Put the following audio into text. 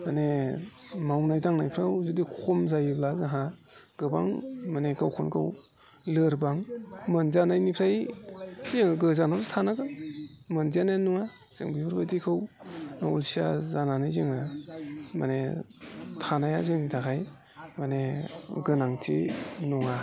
माने मावनाय दांनायफ्राव जुदि खम जायोब्ला जोंहा गोबां माने गावखौनो गाव लोरबां मोनजानायनिफ्राय जोङो गोजानावसो थानांगोन मोनजानाय नङा जों बेफोरबायदिखौ अलसिया जानानै जोङो माने थानाया जोंनि थाखाय माने गोनांथि नङा